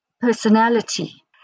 personality